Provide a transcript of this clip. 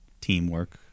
teamwork